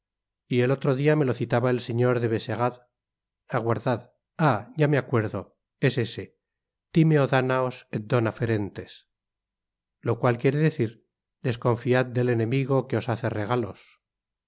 y el otro dia me lo citaba el señor de benserade aguardad ahi ya me acuerdo es ese timo dañaos et dona ferentes lo cual quiere decir desconfiat del enemigo que os hace regalos